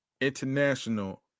international